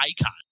icon